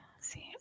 see